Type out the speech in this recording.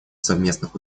совместных